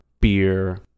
beer